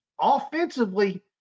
offensively